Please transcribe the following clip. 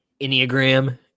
Enneagram